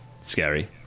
scary